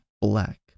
Black